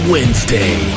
Wednesday